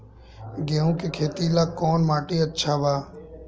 गेहूं के खेती ला कौन माटी अच्छा बा?